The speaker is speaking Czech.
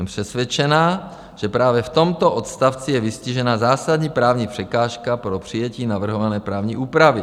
Jsem přesvědčená, že právě v tomto odstavci je vystižena zásadní právní překážka pro přijetí navrhované právní úpravy.